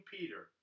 Peter